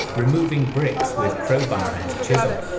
removing bricks with crowbar and chisel.